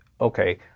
okay